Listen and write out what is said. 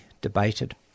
debated